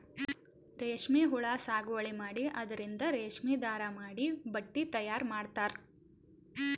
ರೇಶ್ಮಿ ಹುಳಾ ಸಾಗುವಳಿ ಮಾಡಿ ಅದರಿಂದ್ ರೇಶ್ಮಿ ದಾರಾ ಮಾಡಿ ಬಟ್ಟಿ ತಯಾರ್ ಮಾಡ್ತರ್